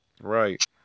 Right